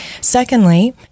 Secondly